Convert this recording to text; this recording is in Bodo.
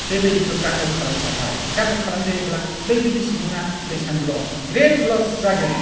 बेबादिखौ काट अफ खालामजाबाय काट अफ खालामजायोब्ला बैबायदि सुबुङा बेसेबां लस ग्रेट लस जागोन